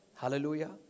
Hallelujah